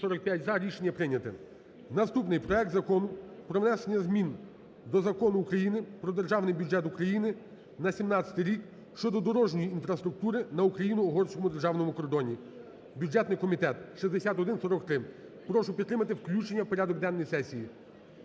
Наступний. Проект Закону про внесення змін до Закону України "Про Державний бюджет України на 2017 рік" (щодо дорожньої інфраструктури на українсько-угорському державному кордоні). Бюджетний комітет, 6143. Прошу підтримати включення в порядок денний сесії.